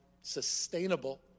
sustainable